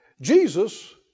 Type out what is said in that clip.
Jesus